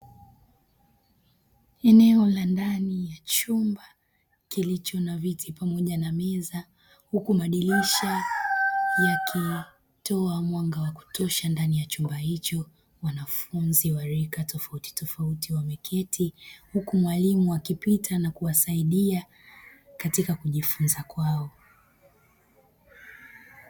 Eneo la ndani ya chumba kilicho na viti pamoja na meza huku madirisha yakitoa mwanga wa kutosha ndani ya chumba hicho, wanafunzi wa rika tofauti tofauti wameketi huku mwalimu akipita na kuwasaidia katika kujifunza kwao.